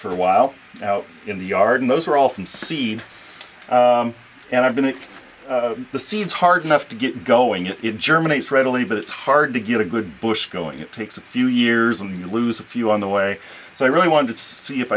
for a while out in the yard and those are all from seed and i've been in the seeds hard enough to get going it germinates readily but it's hard to get a good bush going it takes a few years and lose a few on the way so i really wanted to see if